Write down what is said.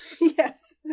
yes